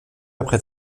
après